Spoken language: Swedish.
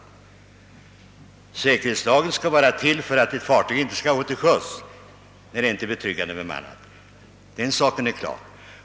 Säkerhetslagen skall vara till för att ett fartyg inte skall gå till sjöss när det inte är betryggande bemannat. Den saken är klar.